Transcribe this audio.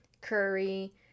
Curry